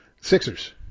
Sixers